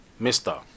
Mr